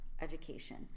education